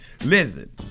Listen